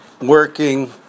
working